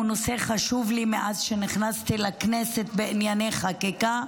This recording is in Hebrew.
הוא נושא חשוב לי מאז שנכנסתי לכנסת בענייני חקיקה,